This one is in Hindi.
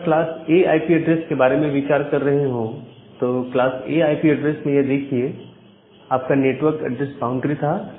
अगर आप क्लास A आईपी एड्रेस के बारे में विचार कर रहे हो तो क्लास A आईपी ऐड्रेस में यह देखिए आपका नेटवर्क एड्रेस बाउंड्री था